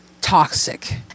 toxic